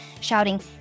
shouting